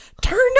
turned